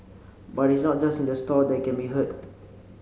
but is not just in the store that they can be heard